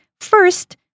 First